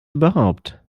überhaupt